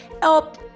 help